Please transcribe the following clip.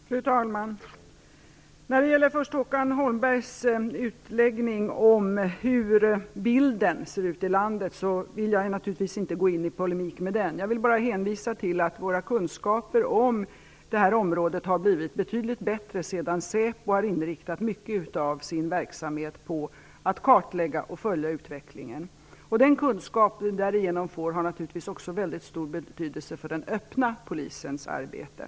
Fru talman! När det gäller Håkan Holmbergs bild av hur det ser ut i landet vill jag naturligtvis inte gå i polemik med honom. Jag vill bara hänvisa till att våra kunskaper på det här området har blivit betydligt bättre sedan säpo har inriktat mycket av sin verksamhet på att kartlägga och följa utvecklingen. Den kunskap som vi därigenom får har naturligtvis också mycket stor betydelse för den öppna polisens arbete.